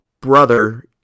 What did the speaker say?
brother –